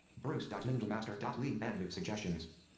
bruce ninjamaster lee. end of suggestions.